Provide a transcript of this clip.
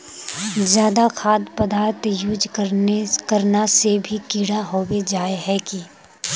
ज्यादा खाद पदार्थ यूज करना से भी कीड़ा होबे जाए है की?